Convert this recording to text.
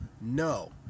no